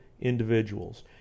individuals